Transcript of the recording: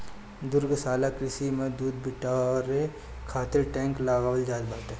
दुग्धशाला कृषि में दूध बिटोरे खातिर टैंक लगावल जात बाटे